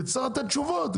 תצטרך לתת תשובות,